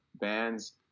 bands